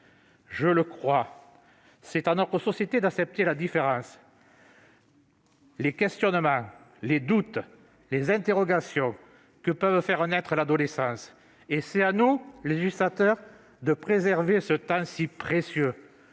Je le crois, c'est à notre société d'accepter la différence, les questionnements, les doutes, les interrogations que peut faire naître l'adolescence, et c'est à nous, législateurs, de préserver ce temps si précieux.